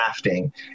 crafting